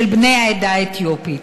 של בני העדה האתיופית.